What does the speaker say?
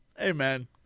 Amen